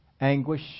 Anguish